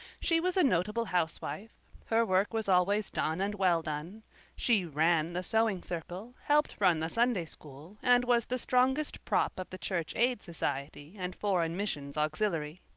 she was a notable housewife her work was always done and well done she ran the sewing circle, helped run the sunday-school, and was the strongest prop of the church aid society and foreign missions auxiliary.